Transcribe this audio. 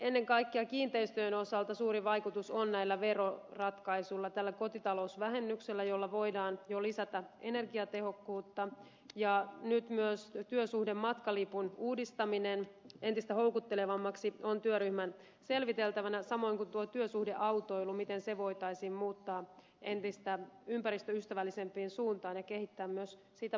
ennen kaikkea kiinteistöjen osalta suuri vaikutus on näillä veroratkaisuilla tällä kotitalousvähennyksellä jolla voidaan jo lisätä energiatehokkuutta ja nyt myös työsuhdematkalipun uudistaminen entistä houkuttelevammaksi on työryhmän selviteltävänä samoin kuin tuo työsuhdeautoilu miten se voitaisiin muuttaa entistä ympäristöystävällisempään suuntaan ja kehittää myös sitä puolta näin